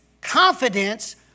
confidence